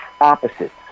opposites